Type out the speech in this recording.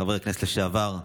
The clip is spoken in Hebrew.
חבר כנסת לשעבר,